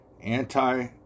anti